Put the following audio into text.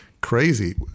crazy